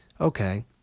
okay